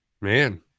Man